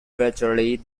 virtually